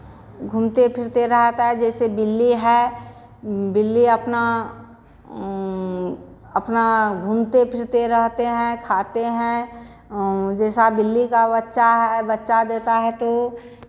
घूमते फिरते रहता है जैसे बिल्ली है बिल्ली अपना अपना घूमते फिरते रहते हैं खाते हैं जैसा बिल्ली का बच्चा है बच्चा देता है तो